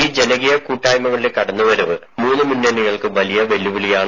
ഈ ജനകീയ മുന്നണികളുടെ കടന്നുവരവ് മൂന്ന് മുന്നണികൾക്കും വലിയ വെല്ലുവിളിയാണ്